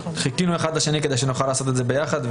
חיכינו אחד לשני כדי שנוכל לעשות את זה יחד,